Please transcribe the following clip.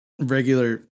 regular